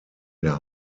der